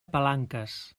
palanques